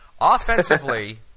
Offensively